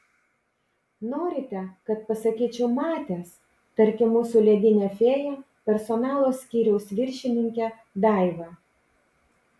norite kad pasakyčiau matęs tarkim mūsų ledinę fėją personalo skyriaus viršininkę daivą